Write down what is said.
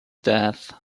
death